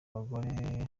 abagore